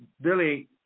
Billy